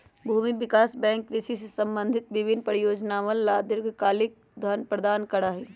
भूमि विकास बैंक कृषि से संबंधित विभिन्न परियोजनअवन ला दीर्घकालिक धन प्रदान करा हई